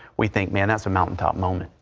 we think man as a mountaintop moment.